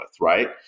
right